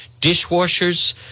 dishwashers